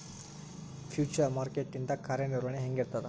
Future market ಇಂದ್ ಕಾರ್ಯನಿರ್ವಹಣಿ ಹೆಂಗಿರ್ತದ?